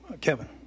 Kevin